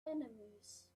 enemies